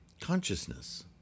Consciousness